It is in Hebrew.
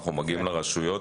אנחנו מגיעים לרשויות.